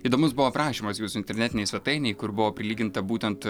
įdomus buvo aprašymas jūsų internetinėj svetainėj kur buvo prilyginta būtent